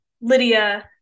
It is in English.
Lydia